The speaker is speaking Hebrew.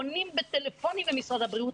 פונים בטלפונים למשרד הבריאות.